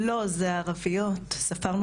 לא, זה ערביות, ספרנו את הערביות.